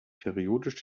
periodisch